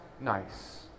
nice